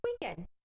weekend